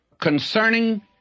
concerning